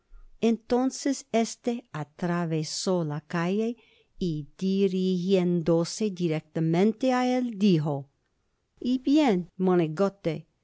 entonces este atravesó la calle y dirijiéndose directamente á él dijo y bien monigote